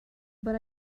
but